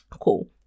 cool